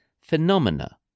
Phenomena